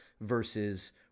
versus